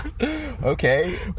Okay